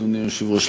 אדוני היושב-ראש,